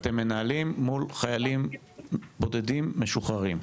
מול חיילים בודדים משוחררים?